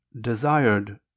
desired